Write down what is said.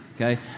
okay